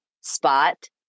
spot